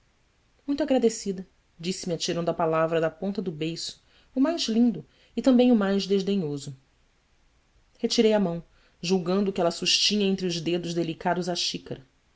muito agradecida disse-me atirando a palavra da ponta do beiço o mais lindo e também o mais desdenhoso retirei a mão julgando que ela sustinha entre os dedos delicados a xícara